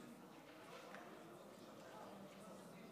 להלן תוצאות